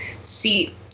seat